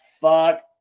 fuck